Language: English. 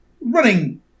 Running